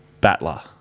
battler